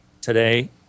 today